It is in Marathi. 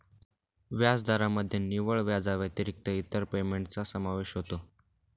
व्याजदरामध्ये निव्वळ व्याजाव्यतिरिक्त इतर पेमेंटचा समावेश होतो